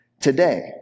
Today